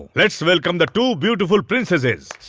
let's welcome the two beautiful princesses.